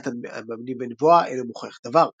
לדעת המאמינים בנבואה, אין הוא מוכיח דבר.